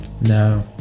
no